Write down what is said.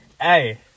hey